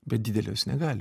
bet didelio jis negali